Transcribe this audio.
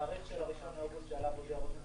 התאריך של ה-1 באוגוסט שעליו הודיע ראש הממשלה,